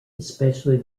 especially